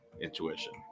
Intuition